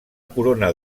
corona